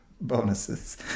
bonuses